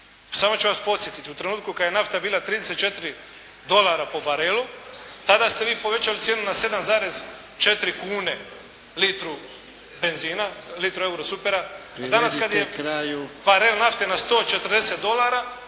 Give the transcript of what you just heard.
Samo ću vas podsjetiti. U trenutku kad je nafta bila 34 dolara po barelu tada ste vi povećali cijenu na 7,4 kune litru benzina, litru eurosupera, a danas … …/Upadica Jarnjak: